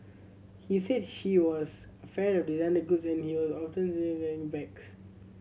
he said he was a fan of designer goods and bags